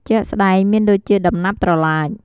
ជាក់់ស្តែងមានដូចជាដំណាប់ត្រឡាច។